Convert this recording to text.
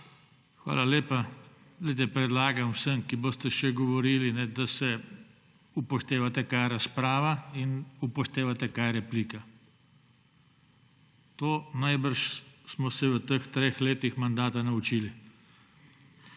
Hvala lepa. Glejte, predlagam vsem, ki boste še govorili, da se upoštevate, kaj je razprava, in upoštevate, kaj je replika. To najbrž smo se v teh 3 letih mandata naučili.